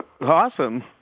Awesome